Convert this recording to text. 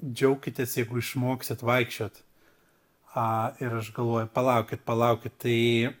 džiaukitės jeigu išmoksit vaikščiot a ir aš galvoju palaukit palaukit tai